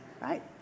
right